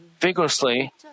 vigorously